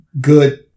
good